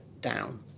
down